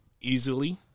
easily